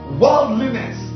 worldliness